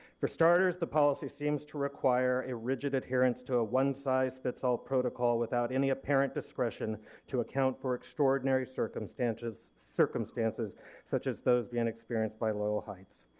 for starters the policy seems to require a rigid adherence to a one-size-fits-all protocol without any apparent discretion to account for extraordinary circumstances circumstances such as those and experienced by loyal heights.